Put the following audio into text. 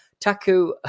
Taku